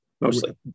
mostly